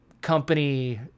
company